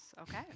okay